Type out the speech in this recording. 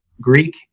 Greek